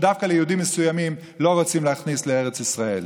שדווקא יהודים מסוימים לא רוצים להכניס לארץ ישראל.